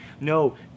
No